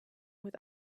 with